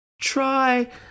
try